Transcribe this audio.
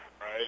Right